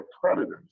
predators